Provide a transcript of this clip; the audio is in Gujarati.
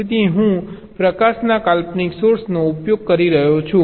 તેથી હું પ્રકાશના કાલ્પનિક સોર્સનો ઉપયોગ કરી રહ્યો છું